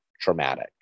traumatic